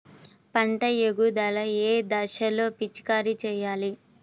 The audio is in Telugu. పంట ఎదుగుదల ఏ దశలో పిచికారీ చేయాలి?